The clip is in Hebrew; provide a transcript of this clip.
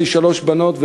יש לי שלוש בנות,